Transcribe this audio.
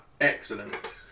excellent